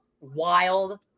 Wild